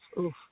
oof